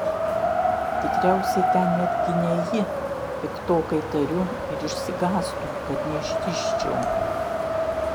tikriausiai ten netgi ne ji piktokai tariu ir išsigąstu kad neištižčiau